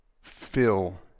fill